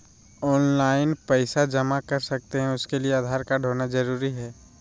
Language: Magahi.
ऑनलाइन पैसा जमा कर सकते हैं उसके लिए आधार कार्ड होना जरूरी है?